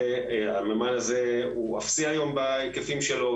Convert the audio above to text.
המימן הזה הוא אפסי היום בהיקפים שלו,